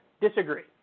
Disagree